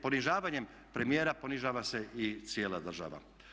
Ponižavanjem premijera ponižava se i cijela država.